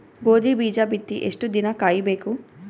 ಗೋಧಿ ಬೀಜ ಬಿತ್ತಿ ಎಷ್ಟು ದಿನ ಕಾಯಿಬೇಕು?